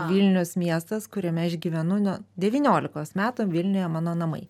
vilniaus miestas kuriame aš gyvenu nuo devyniolikos metų vilniuje mano namai